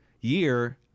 year